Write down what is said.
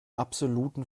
absoluten